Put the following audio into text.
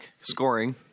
Scoring